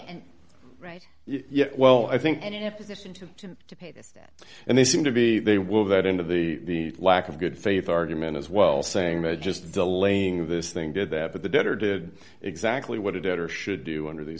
and right yes well i think and in a position to to to pay this debt and they seem to be they will that end of the lack of good faith argument as well saying that just delaying this thing did that but the debtor did exactly what he did or should do under these